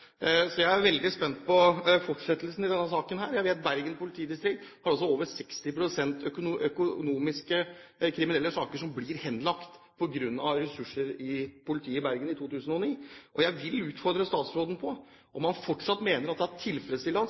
Jeg er veldig spent på fortsettelsen i denne saken. Jeg vet at Bergen politidistrikt har over 60 pst. økonomiske, kriminelle saker som ble henlagt på grunn av ressursmangel i politiet i Bergen i 2009. Jeg vil utfordre statsråden på om han fortsatt mener at det er tilfredsstillende